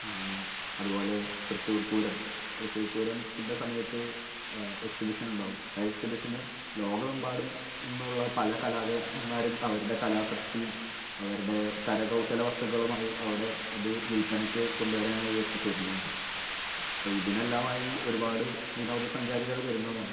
അതുപോലെ തൃശ്ശൂർ പൂരം തൃശൂർ പൂരത്തിൻ്റെ സമയത്ത് എക്സിബിഷൻ ഉണ്ടാകും ആ എക്സിബിഷന് ലോകമെമ്പാടും നിന്നുമുള്ള പല കലാകാരന്മാരും അവരുടെ കലാസൃഷ്ടിയും അവരുടെ കരകൗശല വസ്തുക്കളുമായി അവിടെ അത് വിൽപ്പനയ്ക്ക് കൊണ്ടുവരാനായി എത്തിച്ചേരുന്നതാണ് അപ്പോൾ ഇതിനെല്ലാമായി ഒരുപാട് വിനോദസഞ്ചാരികൾ വരുന്നതാണ്